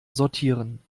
sortieren